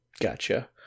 gotcha